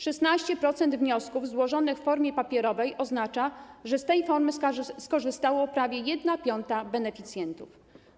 16% wniosków złożonych w formie papierowej oznacza, że z tej formy skorzystała prawie 1/5 beneficjentów.